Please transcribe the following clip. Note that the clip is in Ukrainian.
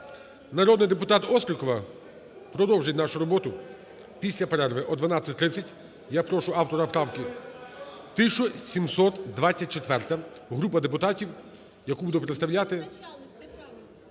Народний депутат Острікова продовжить нашу роботу після перерви о 12:30. Я прошу автора правки… 1724-а. Група депутатів, яку буде представляти